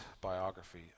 biography